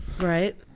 Right